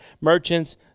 Merchants